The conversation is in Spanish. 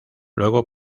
luego